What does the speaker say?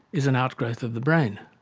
is an outgrowth of the brain.